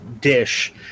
dish